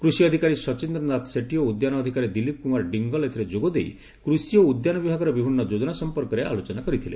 କୃଷି ଅଧିକାରୀ ଶଚ୍ଚିଦ୍ରନାଥ ସେଠି ଓ ଉଦ୍ୟାନ ଅଧିକାରୀ ଦିଲୀପ କୁମାର ଡିଙ୍ଗଲ୍ ଏଥିରେ ଯୋଗ ଦେଇ କୃଷି ଓ ଉଦ୍ୟାନ ବିଭାଗର ବିଭିନ୍ନ ଯୋଜନା ସମ୍ପର୍କରେ ଆଲୋଚନା କରିଥିଲେ